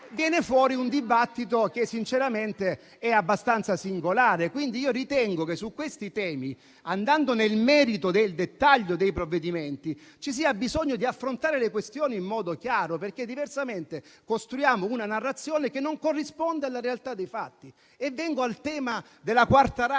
si crea un dibattito che, sinceramente, è abbastanza singolare. Io ritengo che su questi temi, andando nel dettaglio di merito dei provvedimenti, vi sia bisogno di affrontare le questioni in modo chiaro. Diversamente, costruiamo una narrazione che non corrisponde alla realtà dei fatti. Vengo al tema della quarta rata,